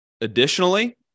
additionally